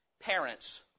parents